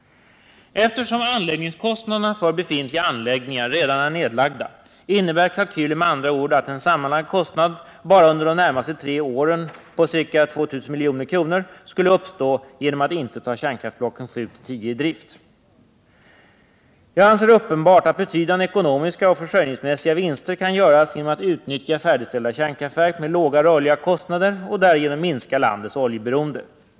Eftersom anläggningskostnaderna för befintliga anläggningar redan är nedlagda, innebär kalkylen med andra ord att en sammanlagd kostnad bara under de närmaste tre åren på ca 2 000 milj.kr. skulle uppstå genom att man inte tar kärnkraftblocken 7—10 i drift. Jag anser det uppenbart att betydande ekonomiska och försörjningsmässiga vinster kan göras genom att utnyttja färdigställda kärnkraftverk med låga rörliga kostnader och därigenom minska landets oljeberoende.